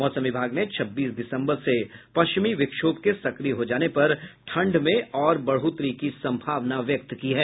मौसम विभाग ने छब्बीस दिसंबर से पश्चिमी विक्षोभ के सक्रिय हो जाने पर ठंड मे और बढ़ोतरी की संभावना व्यक्त की है